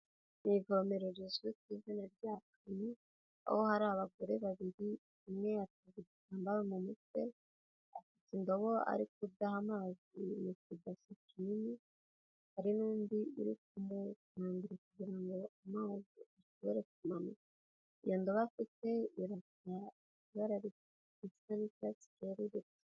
Ni ivomero rizwi ku izina rya kano, aho hari abagore babiri umwe afite igitambaro mu mutwe afite indobo ariko kudaha amazi mu kibase kinini, hari n'undi uri kumumbikira ngo amazi ishobore kumanuka, iyo ndobo afite irasa ibara risa n'icyatsi cyerurutse.